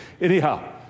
Anyhow